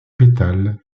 pétales